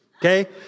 okay